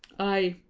ay,